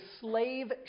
slave